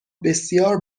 بسیار